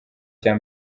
cya